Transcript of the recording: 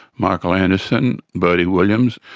michael anderson, bertie williams,